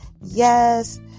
Yes